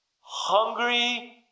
Hungry